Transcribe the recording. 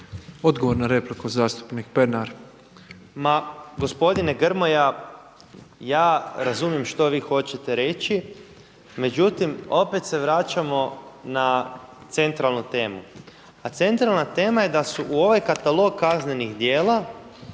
**Pernar, Ivan (Abeceda)** Ma gospodine Grmoja ja razumijem što vi hoćete reći, međutim opet se vraćamo na centralnu temu a centralna tema je da su u ovaj katalog kaznenih djela